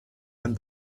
and